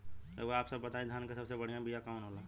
रउआ आप सब बताई धान क सबसे बढ़ियां बिया कवन होला?